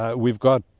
ah we've got